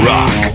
Rock